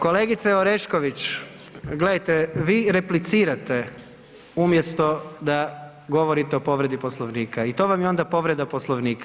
Kolegice Orešković, gledajte vi replicirate umjesto da govorite o povredi Poslovnika i to vam je onda povreda Poslovnika.